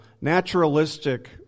naturalistic